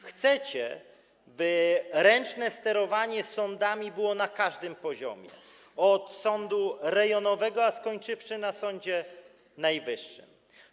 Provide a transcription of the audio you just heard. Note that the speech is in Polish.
Chcecie, by ręczne sterowanie sądami było na każdym poziomie, począwszy od sądu rejonowego, a skończywszy na Sądzie Najwyższym.